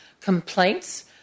complaints